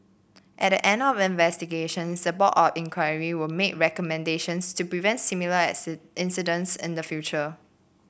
at the end of the Board of Inquiry will make recommendations to prevent similar incidents in the future